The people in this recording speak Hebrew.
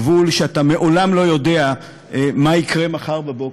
גבול שאתה לעולם לא יודע מה יקרה בו מחר בבוקר.